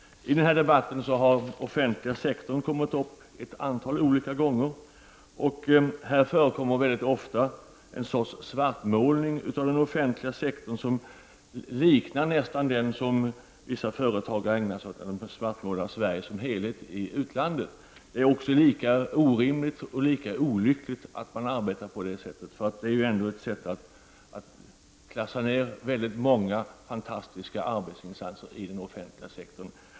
I den här debatten har frågan om den offentliga sektorn kommit upp ett antal gånger. Här förekommer mycket ofta en svartmålning av den offentliga sektorn som nästan liknar den som vissa företag har ägnat sig åt när de svartmålat Sverige som helhet i utlandet. Det är lika olyckligt som orimligt att man arbetar på det sättet. Det är att klassa ner många fantastiska arbetsinsatser inom den offentliga sektorn.